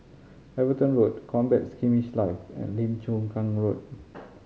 Everton Road Combat Skirmish Live and Lim Chu Kang Road